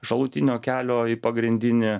šalutinio kelio į pagrindinį